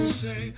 say